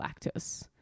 lactose